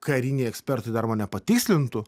kariniai ekspertai dar mane patislintų